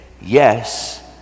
yes